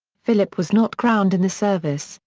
philip was not crowned in the service,